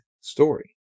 story